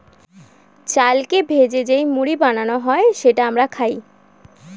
চালকে ভেজে যেই মুড়ি বানানো হয় সেটা আমরা খাই